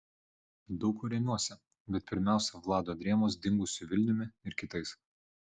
daug kuo remiuosi bet pirmiausia vlado drėmos dingusiu vilniumi ir kitais